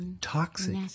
Toxic